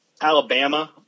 Alabama